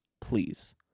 please